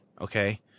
Okay